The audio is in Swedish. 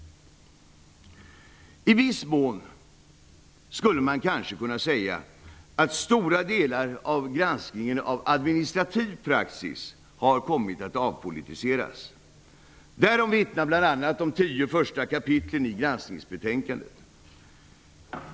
I viss mån skulle man kanske kunna säga att stora delar av granskningen av administrativ praxis har kommit att avpolitiseras. Därom vittnar bl.a. de tio första kapitlen i granskningsbetänkandet.